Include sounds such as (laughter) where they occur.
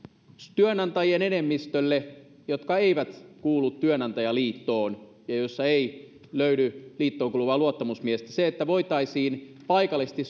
työnantajien enemmistölle jotka eivät kuulu työnantajaliittoon ja joista ei löydy liittoon kuuluvaa luottamusmiestä se että voitaisiin paikallisesti (unintelligible)